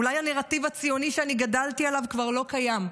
אולי הנרטיב הציוני שאני גדלתי עליו כבר לא קיים,